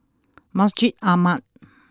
Masjid Ahmad